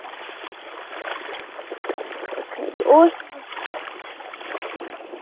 एह् खरी ते ओह्